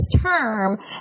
term